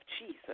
Jesus